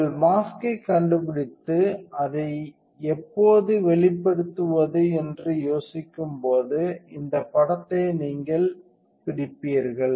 உங்கள் மாஸ்க்யைக் கண்டுபிடித்து அதை எப்போது வெளிப்படுத்துவது என்று யோசிக்கும்போது நேரம் பார்க்கவும் 1545 இந்த படத்தை நீங்கள் பிடிப்பீர்கள்